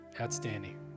outstanding